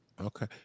Okay